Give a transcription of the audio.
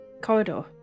corridor